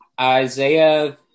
Isaiah